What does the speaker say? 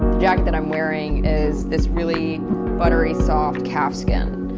jacket that i'm wearing is this really buttery soft calfskin.